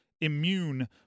immune